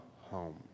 home